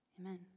amen